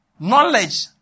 Knowledge